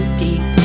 deep